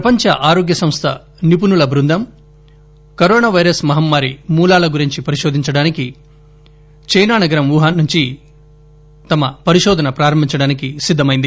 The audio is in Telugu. ప్రపంచ ఆరోగ్య సంస్థ నిపుణుల బృందం కరోనా వైరస్ మహమ్మారి మూలాల గురించి పరిశోధించడానికి చైనా నగరం వూహాన్ నుంచి తన పరిశోధన ప్రారంభించడానికి సిద్దమైంది